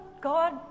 god